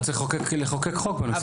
יכול להיות שצריך לחוקק חוק בנושא הזה,